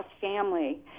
family